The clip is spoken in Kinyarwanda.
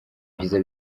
byiza